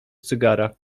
cygara